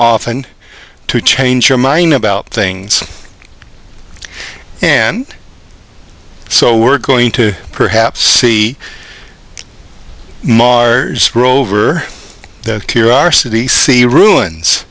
often to change your mind about things and so we're going to perhaps see mars rover curiosity see ruins